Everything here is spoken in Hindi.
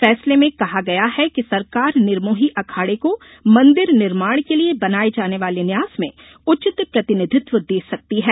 फैसले में कहा गया है कि सरकार निर्मोही अखाड़े को मंदिर निर्माण के लिये बनाये जाने वाले न्यास में उचित प्रतिनिधित्व दे सकती है